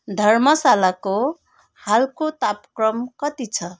धर्मशालाको हालको तापक्रम कति छ